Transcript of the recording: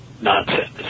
nonsense